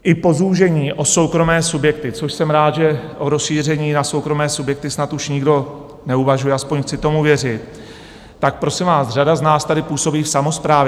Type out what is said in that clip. I po zúžení o soukromé subjekty, což jsem rád, že o rozšíření na soukromé subjekty snad už nikdo neuvažuje, aspoň chci tomu věřit, tak prosím vás, řada z nás tady působí v samosprávě.